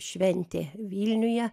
šventė vilniuje